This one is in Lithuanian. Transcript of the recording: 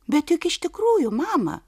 bet juk iš tikrųjų mama